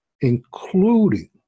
including